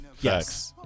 Yes